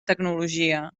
tecnologia